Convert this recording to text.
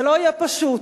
זה לא יהיה פשוט,